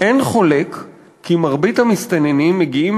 "אין חולק כי מרבית המסתננים מגיעים